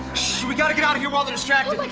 we gotta get out of here while they're distracted! like